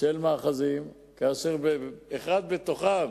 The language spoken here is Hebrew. של מאחזים, שאחד בתוכם